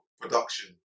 production